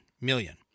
million